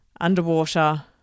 underwater